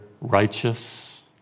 righteous